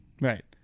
right